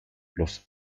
los